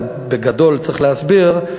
אבל בגדול, צריך להסביר: